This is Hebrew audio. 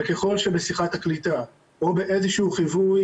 וככל שבשיחת הקליטה או באיזה שהוא חיווי